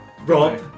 Rob